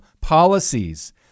policies